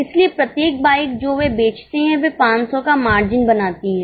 इसलिए प्रत्येक बाइक जो वे बेचते हैं वे 500 का मार्जिन बनाती है